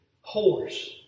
horse